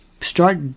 start